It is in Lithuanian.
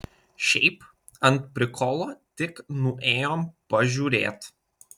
šiaip ant prikolo tik nuėjom pažiūrėt